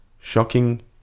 Shocking